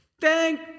thank